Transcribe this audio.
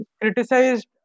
criticized